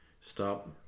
stop